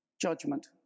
Judgment